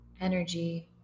energy